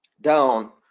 down